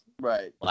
Right